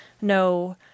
no